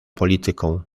polityką